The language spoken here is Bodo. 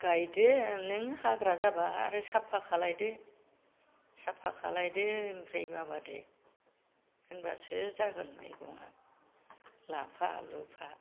गाइदो नों हाग्रा जाबा आरो साफा खालायदो साफा खालायदो ओमफ्राय माबादो होनबासो जागोन मैगङा लाफा लुफा